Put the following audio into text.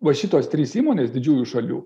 va šitos trys įmonės didžiųjų šalių